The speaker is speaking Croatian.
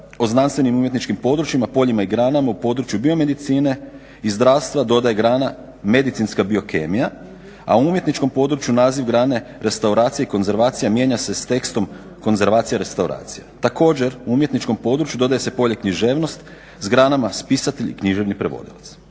o znanstvenim i umjetničkim područjima, poljima i granama u području biomedicine i zdravstva dodaje grana medicinska biokemija, a u umjetničkom području naziv grane restauracija i konzervacija mijenja se s tekstom konzervacija restauracija. Također u umjetničkom području dodaje se polje književnost s granama spisatelj i književni prevodilac.